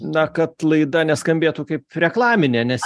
na kad laida neskambėtų kaip reklaminė nes